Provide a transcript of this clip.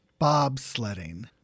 bobsledding